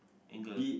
angle